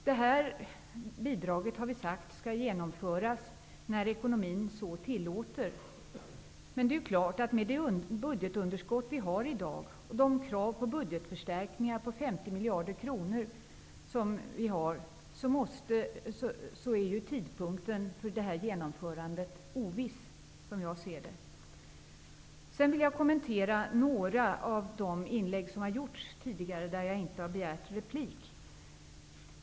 Vi har sagt att det här bidraget skall införas när ekonomin så tillåter. Men med det budgetunderskott som vi har i dag och med de krav på budgetförstärkningar på 50 miljarder kronor som finns är tidpunkten för genomförandet självfallet oviss. Jag vill även kommentera några av de tidigare inläggen där jag inte begärde replik.